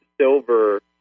silver